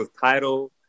title